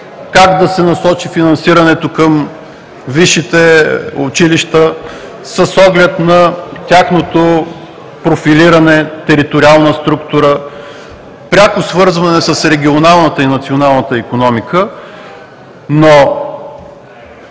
как да се насочи финансирането към висшите училища с оглед на тяхното профилиране, териториална структура, пряко свързване с регионалната и националната икономика, но